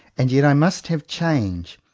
and yet i must have change.